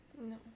No